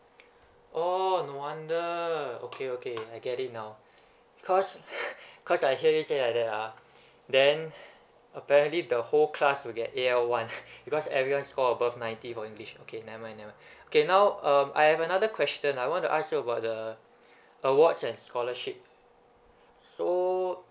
orh no wonder okay okay I get it now because cause I heard you say like that then apparently the whole class will get A one because everyone score about ninety for english okay never mind nevermind okay now um I have another question I wan to ask you about the awards and scholarship so